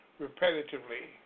Repetitively